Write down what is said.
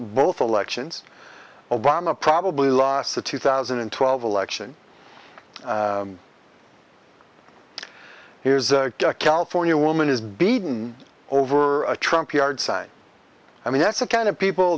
both elections obama probably lost the two thousand and twelve election here's a california woman is beaten over a trump yard side i mean that's the kind of people